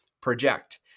project